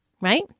Right